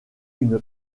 une